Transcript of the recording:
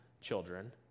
children